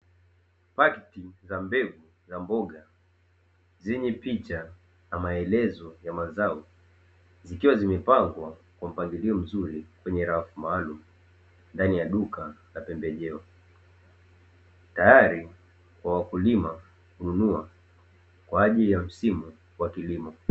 Pakiti za mbegu za mboga zenye picha na maelezo ya mazao zikiwa zimepangwa kwa mpangilio mzuri kwenye rafu maalumu, ndani ya duka la pembejeo. Tayari kwa wakulima kununua kwa ajili ya msimu wa kilimo.